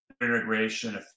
integration